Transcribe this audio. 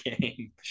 game